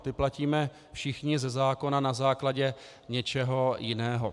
Ty platíme všichni ze zákona na základě něčeho jiného.